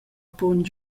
punt